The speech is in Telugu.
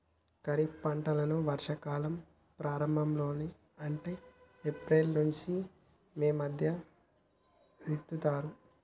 ఖరీఫ్ పంటలను వర్షా కాలం ప్రారంభం లో అంటే ఏప్రిల్ నుంచి మే మధ్యలో విత్తుతరు